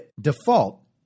default